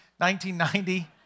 1990